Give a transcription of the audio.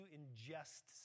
ingest